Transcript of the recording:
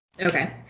Okay